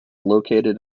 located